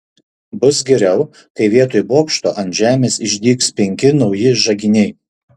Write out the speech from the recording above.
bus geriau kai vietoj bokšto ant žemės išdygs penki nauji žaginiai